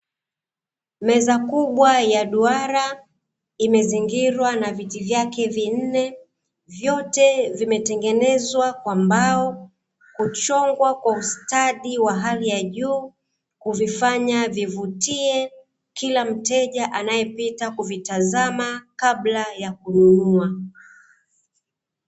Meza kubwa ya duara imezingirwa na viti vyake vinne, vyote vimetengenezwa kwa mbao, kuchongwa kwa ustadi wa hali ya juu, kuvifanya vivutie kila mteja anayepita kuvitazama kabla ya kuvinunua.